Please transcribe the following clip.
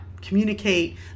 communicate